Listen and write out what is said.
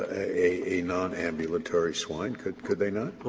a a nonambulatory swine, could could they not?